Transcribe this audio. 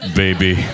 baby